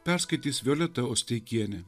perskaitys violeta osteikienė